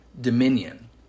dominion